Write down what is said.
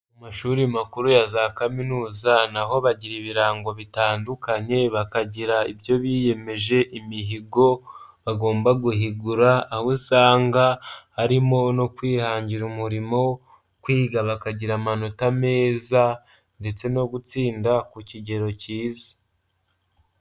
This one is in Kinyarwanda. Mu mashuri makuru ya za kaminuza naho bagira ibirango bitandukanye, bakagira ibyo biyemeje, imihigo bagomba guhigura aho usanga harimo no kwihangira umurimo, kwiga bakagira amanota meza ndetse no gutsinda ku kigero cyiza.